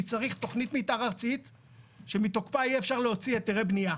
כי צריך תכנית מתאר ארצית שמתוקפה יהיה אפשר להוציא היתרי בנייה.